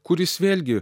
kuris vėlgi